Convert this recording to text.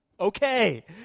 Okay